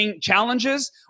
challenges